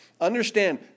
Understand